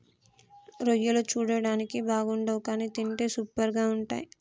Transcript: రొయ్యలు చూడడానికి బాగుండవ్ కానీ తింటే సూపర్గా ఉంటయ్